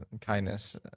kindness